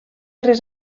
res